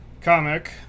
comic